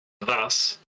Thus